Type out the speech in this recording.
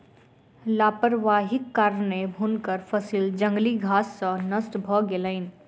लापरवाहीक कारणेँ हुनकर फसिल जंगली घास सॅ नष्ट भ गेलैन